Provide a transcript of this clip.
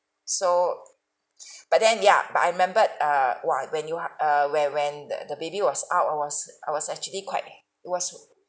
so but then ya but I remembered err !wah! when you ha~ err when when the the baby was out I was I was actually quite ha~ it was